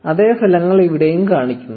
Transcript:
അതേ ഫലങ്ങൾ ഇവിടെയും കാണിക്കുന്നു